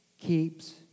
keeps